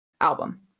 album